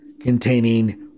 containing